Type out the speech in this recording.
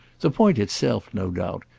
the point itself, no doubt,